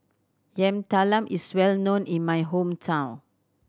Yam Talam is well known in my hometown